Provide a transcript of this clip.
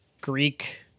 Greek